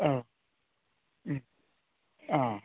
औ उम अह